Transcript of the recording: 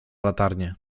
latarnię